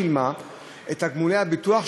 של חברי הכנסת אורי מקלב ומשה גפני.